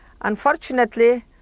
Unfortunately